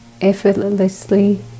Effortlessly